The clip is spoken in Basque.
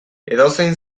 edozein